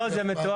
לא, זה מתועד.